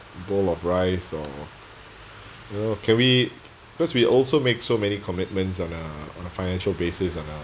bowl of rice or you know can we because we also make so many commitments on uh on the financial basis on uh